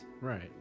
Right